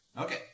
Okay